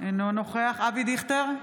אינו נוכח אבי דיכטר,